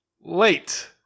late